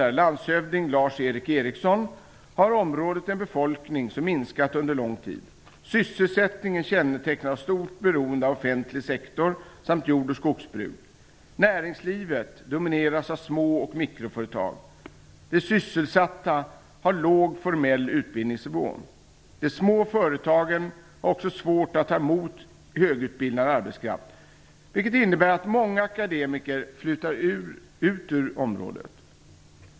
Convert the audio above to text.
Eric Ericsson, har området en befolkning som minskat under lång tid. Sysselsättningen kännetecknas av stort beroende av offentlig sektor samt jord och skogsbruk. Näringslivet domineras av små och mikroföretag. De sysselsatta har låg formell utbildningsnivå. De små företagen har också svårt att ta emot högutbildad arbetskraft, vilket innebär att många akademiker flyttar ut ur området.